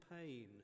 pain